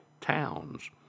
towns